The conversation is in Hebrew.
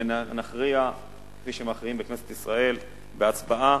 ונכריע, כפי שמכריעים בכנסת ישראל, בהצבעה.